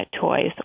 toys